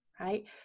right